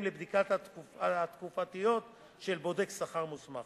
לבדיקות התקופתיות של בודק שכר מוסמך.